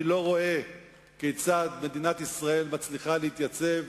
אני לא רואה כיצד מדינת ישראל מצליחה להתייצב.